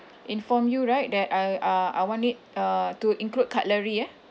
inform you right that I uh I want it uh to include cutlery ya